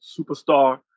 superstar